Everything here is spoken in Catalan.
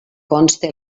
conste